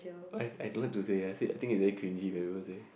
I I don't like to say I said I think is very cringy when people say